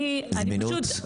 זמינות.